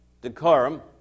decorum